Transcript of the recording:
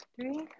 Three